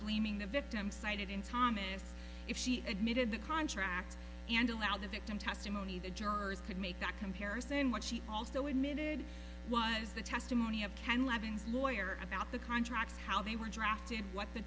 blaming the victim cited in thomas if she admitted the contract and allowed the victim testimony the jurors could make that comparison what she also admitted was the testimony of ken levin's lawyer about the contracts how they were drafted what the